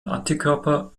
antikörper